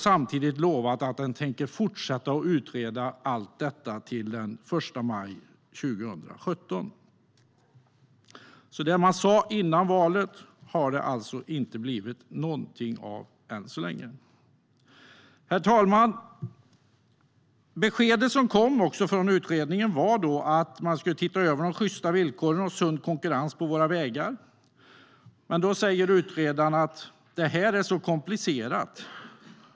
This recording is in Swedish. Samtidigt har de lovat att de tänker fortsätta att utreda allt detta till den 1 maj 2017. Det man sa före valet har det alltså inte blivit något av än så länge. Herr talman! Det besked som kom från utredningen var att man skulle se över sjysta villkor och sund konkurrens på våra vägar, men då säger utredaren att det är komplicerat.